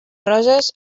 roses